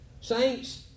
Saints